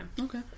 Okay